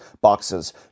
boxes